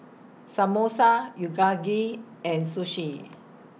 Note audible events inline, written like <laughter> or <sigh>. Samosa <unintelligible> and Sushi